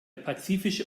pazifische